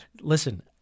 Listen